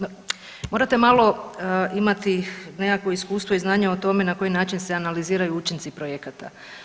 Ma morate malo imati nekakvo iskustvo i znanje o tome na koji način se analiziraju učinci projekata.